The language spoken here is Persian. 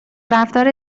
رفتار